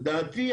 לדעתי,